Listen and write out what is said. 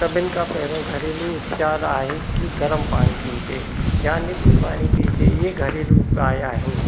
सभिनि खां पहिरियों घरेलू उपचार आहे की गरम पाणी पीअजे या निबू पाणी पीअजे इइे घरेलू उपाय आहिनि